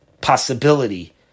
possibility